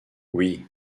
oui